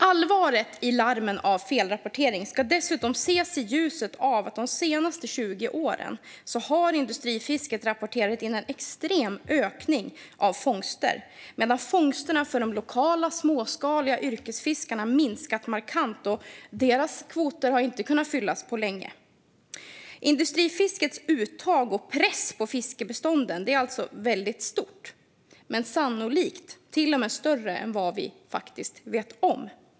Allvaret i larmen om felrapportering ska ses i ljuset av att industrifisket de senaste 20 åren har rapporterat in en extrem ökning av fångster, medan fångsterna för de lokala småskaliga yrkesfiskarna har minskat markant. Deras kvoter har inte kunnat fyllas på länge. Industrifiskets uttag och press på fiskbestånden är alltså stort, sannolikt till och med större än vad vi vet om.